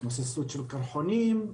התמוססות של קרחונים,